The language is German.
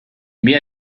mehr